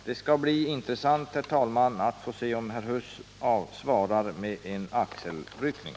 Det skall bli intressant, herr talman, att få se om herr Huss svarar med en axelryckning.